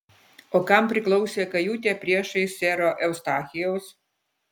o kam priklausė kajutė priešais sero eustachijaus